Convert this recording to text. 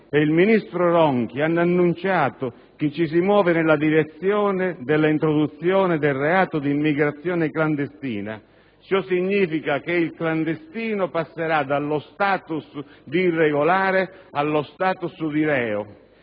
il ministro Ronchi hanno annunciato che ci si muove nella direzione dell'introduzione del reato di immigrazione clandestina. Ciò significa che il clandestino passerà dallo *status* di irregolare allo *status* di reo;